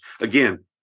Again